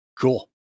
Cool